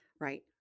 right